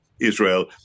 Israel